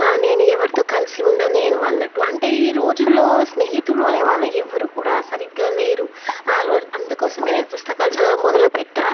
నా నేను ఎవరితో కలిసి ఉండలేను అన్నట్టు అంటే ఈ రోజుల్లో స్నేహితులు అనేవాళ్ళు ఎవరూ కూడా సరిగ్గా లేరు ఆ రోజు అందుకోసమే నేను పుస్తకాలు చదవడం మొదలు పెట్టాను